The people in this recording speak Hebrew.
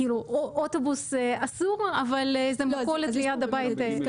אוטובוס אסור ולאיזה מכולת ליד הבית מותר --- לא,